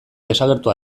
desagertu